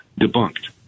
debunked